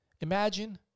Imagine